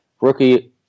rookie